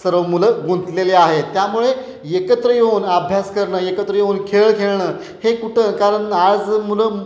सर्व मुलं गुंतलेले आहे त्यामुळे एकत्र येऊन अभ्यास करणं एकत्र येऊन खेळ खेळणं हे कुठं कारण आज मुलं